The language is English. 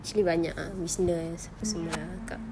actually banyak ah business apa semua akak